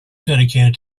dedicated